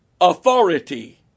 authority